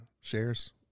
shares